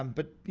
um but